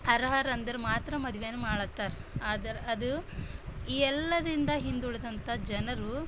ಅರ್ಹರೆಂದ್ರೆ ಮಾತ್ರ ಮದುವೆನ ಮಾಡುತ್ತಾರೆ ಆದರೆ ಅದು ಎಲ್ಲದ್ರಿಂದ ಹಿಂದುಳಿದಂಥ ಜನರು